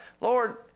Lord